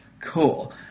Cool